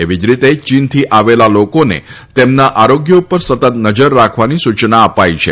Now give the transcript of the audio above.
એવી જ રીતે ચીનથી આવેલા લોકોને તેમના આરોગ્ય ઉપર સતત નજર રાખવાની સુયના અપાઇ છે